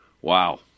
Wow